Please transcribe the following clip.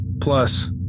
Plus